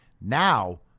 now